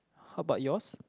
how about yours